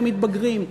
שמתבגרים.